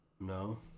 No